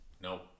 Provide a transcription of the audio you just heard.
Nope